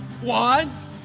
One